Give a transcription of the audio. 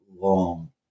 long